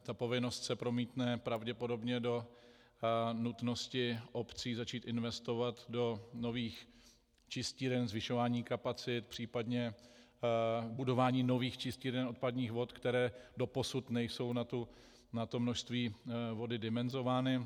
Ta povinnost se promítne pravděpodobně do nutnosti obcí začít investovat do nových čistíren, zvyšování kapacit, případně budování nových čistíren odpadních vod, které doposud nejsou na to množství vody dimenzovány.